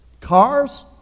Cars